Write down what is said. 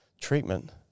treatment